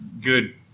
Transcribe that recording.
good